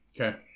Okay